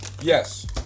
Yes